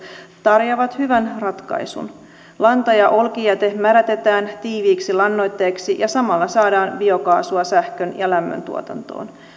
tarjoavat hyvän ratkaisun lanta ja olkijäte mädätetään tiiviiksi lannoitteeksi ja samalla saadaan biokaasua sähkön ja lämmöntuotantoon